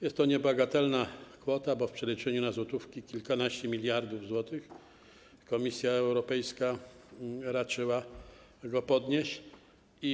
Jest to niebagatelna kwota, bo w przeliczeniu na złotówki o kilkanaście miliardów złotych Komisja Europejska raczyła podnieść tę wysokość.